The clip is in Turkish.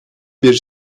bir